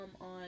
on